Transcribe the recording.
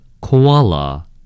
Koala